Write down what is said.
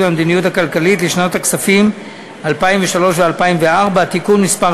והמדיניות הכלכלית לשנות הכספים 2003 ו-2004) (תיקון מס'